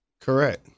Correct